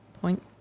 point